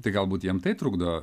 tai galbūt jiem tai trukdo